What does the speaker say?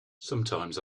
sometimes